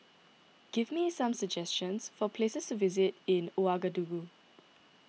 give me some suggestions for places visit in Ouagadougou